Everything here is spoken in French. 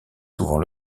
souvent